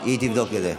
היא תבדוק את זה.